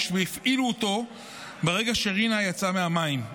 והפעילו אותו ברגע שרנה יצאה מהמים.